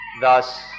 Thus